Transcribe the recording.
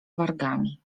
wargami